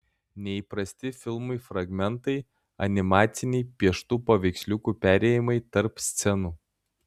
neįprasti filmui fragmentai animaciniai pieštų paveiksliukų perėjimai tarp scenų